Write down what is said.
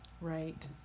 Right